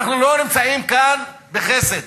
ואנחנו לא נמצאים כאן בחסד,